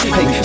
Hey